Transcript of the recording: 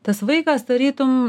tas vaikas tarytum